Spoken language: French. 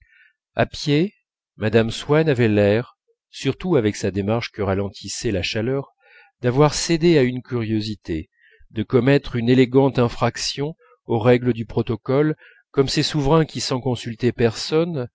à pieds mme swann avait l'air surtout avec sa démarche que ralentissait la chaleur d'avoir cédé à une curiosité de commettre une élégante infraction aux règles du protocole comme ces souverains qui sans consulter personne